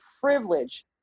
privilege